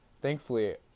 thankfully